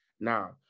Now